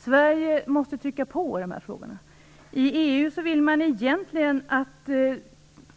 Sverige måste trycka på i dessa frågor. I EU vill man egentligen i